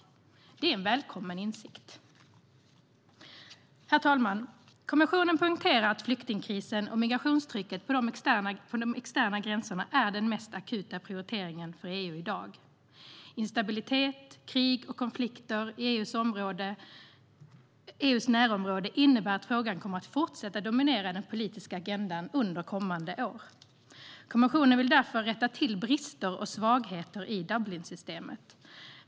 Det är en välkommen insikt. Kommissionen vill därför rätta till brister och svagheter i Dublinsystemet.